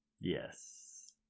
Yes